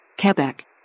Quebec